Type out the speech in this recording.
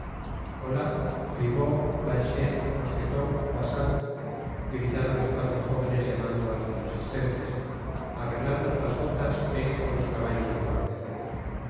hola grimaud planchet mosqueton bacin gritaron los cuatro jóvenes llamando á sus asistentes arregladnos las botas é id por ws caballos al cuartel en